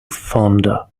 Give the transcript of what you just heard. fonder